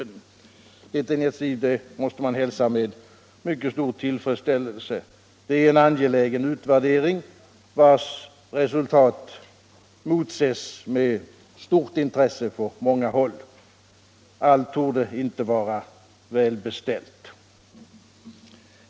Det är ett initiativ som måste hälsas med mycket stor tillfredsställelse. Utvärderingen är angelägen och reslutatet av den motses med stort intresse på många håll. Allt torde icke vara väl beställt.